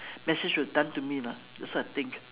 message was done to me lah that's what I think